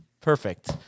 Perfect